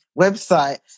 website